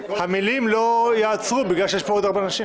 המילים לא ייעצרו בגלל שיש פה עוד הרבה אנשים.